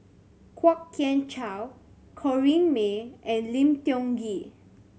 Kwok Kian Chow Corrinne May and Lim Tiong Ghee